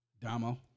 Damo